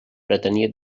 pretenia